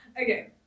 Okay